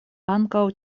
ankaŭ